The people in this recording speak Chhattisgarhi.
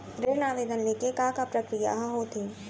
ऋण आवेदन ले के का का प्रक्रिया ह होथे?